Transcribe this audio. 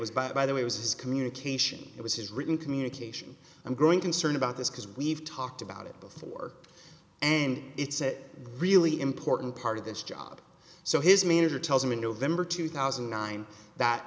bought by the way was his communication it was written communication i'm growing concern about this because we've talked about it before and it's a really important part of this job so his manager tells him in november two thousand and nine that